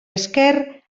esker